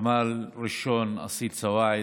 סמל ראשון אסיל סואעד,